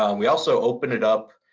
um we also opened it up,